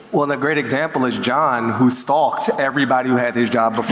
well, a great example is john, who stalked everybody who had his job before